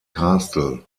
castle